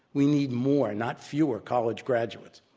we need more, not fewer, college graduates.